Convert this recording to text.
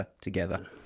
together